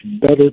better